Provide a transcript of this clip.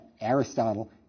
Aristotle